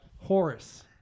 Horace